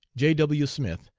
j. w. smith,